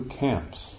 camps